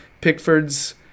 Pickford's